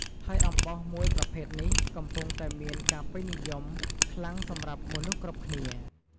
ហើយអំបោសមួយប្រភេទនេះ កំពុងតែមានការពេញនិយមខ្លាំងសម្រាប់មនុស្សគ្រប់គ្នា។